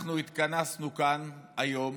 אנחנו התכנסנו כאן היום